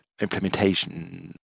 implementation